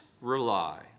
rely